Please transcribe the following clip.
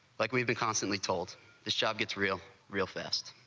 like we've been constantly told this job gets real real fast,